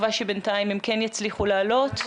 לא נמצאת.